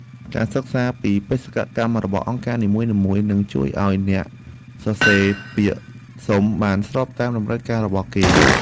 ការសិក្សាពីបេសកកម្មរបស់អង្គការនីមួយៗនឹងជួយឱ្យអ្នកសរសេរពាក្យសុំបានស្របតាមតម្រូវការរបស់គេ។